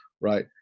right